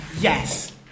Yes